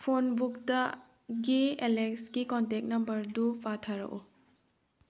ꯐꯣꯟꯕꯨꯛꯇꯒꯤ ꯑꯦꯂꯦꯛꯁꯀꯤ ꯀꯣꯟꯇꯦꯛ ꯅꯝꯕꯔꯗꯨ ꯄꯥꯊꯔꯛꯎ